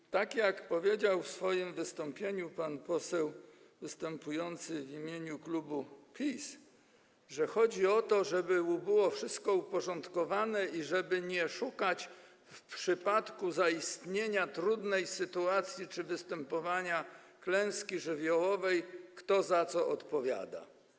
I tak jak powiedział w swoim wystąpieniu pan poseł występujący w imieniu klubu PiS, chodzi o to, żeby było wszystko uporządkowane i żeby w przypadku zaistnienia trudnej sytuacji czy wystąpienia klęski żywiołowej nie szukać, kto za co odpowiada.